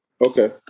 Okay